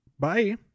Bye